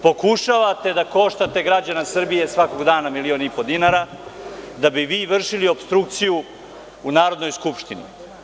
Pokušavate da koštate građane Srbije svakog dana milion i po dinara, da bi vi vršili opstrukciju u Narodnoj skupštini.